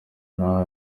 nta